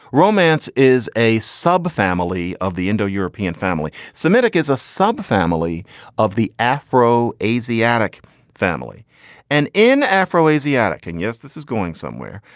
romance is a subfamily of the indo-european family. semitic is a subfamily of the afro eisa eisa atic family and in afro asiatic. and yes, this is going somewhere.